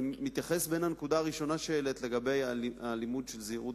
אני מפריד בין הנקודה הראשונה שהעלית לגבי לימוד זהירות